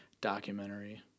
documentary